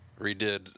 redid